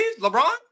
LeBron